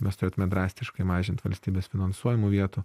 mes turėtume drastiškai mažint valstybės finansuojamų vietų